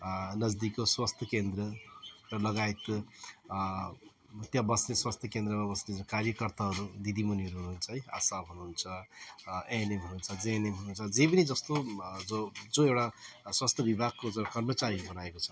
नजदिकको स्वास्थ्य केन्द्र र लगायतको त्यहाँ बस्ने स्वास्थ्य केन्द्रमा बस्ने कार्यकर्ताहरू दिदीबहिनीहरू हुनुहुन्छ है आसा हुनुहुन्छ एएनएम हुनुहुन्छ जेएनएम हुनुहुन्छ जे पनि जस्तो जो जो एउटा स्वास्थ्य विभागको जो कर्मचारीहरू बनाएको छ